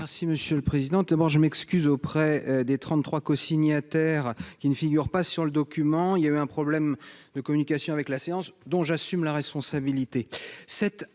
Merci monsieur le président, tellement je m'excuse auprès des 33 cosignataires qui ne figure pas sur le document il y a eu un problème de communication avec la séance dont j'assume la responsabilité,